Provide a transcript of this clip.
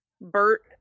Bert